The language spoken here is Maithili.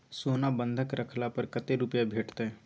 सोना बंधक रखला पर कत्ते रुपिया भेटतै?